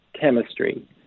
chemistry